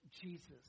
Jesus